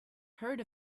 heard